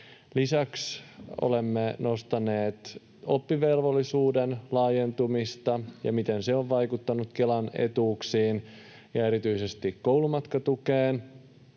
Olemme nostaneet oppivelvollisuuden laajentumista, miten se on vaikuttanut Kelan etuuksiin erityisesti koulumatkatukeen